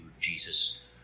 Jesus